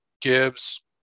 Gibbs